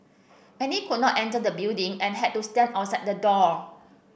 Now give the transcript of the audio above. many could not enter the building and had to stand outside the door